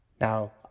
Now